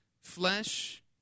flesh